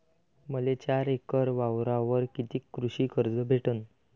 मले चार एकर वावरावर कितीक कृषी कर्ज भेटन?